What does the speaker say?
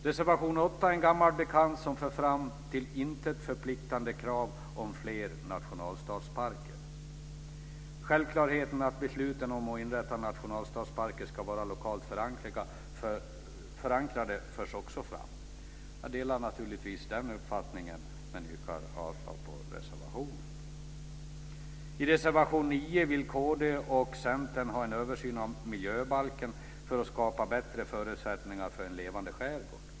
Reservation 8 är en gammal bekant som för fram till intet förpliktande krav om fler nationalstadsparker. Självklarheten att besluten om att inrätta nationalstadsparker ska vara lokalt förankrade förs också fram. Jag delar naturligtvis den uppfattningen, men yrkar avslag på reservationen. I reservation 9 vill Kristdemokraterna och Centern ha en översyn av miljöbalken för att skapa bättre förutsättningar för en levande skärgård.